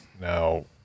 Now